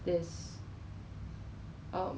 during the pandemic they are trying to